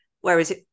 Whereas